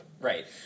Right